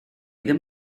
ddim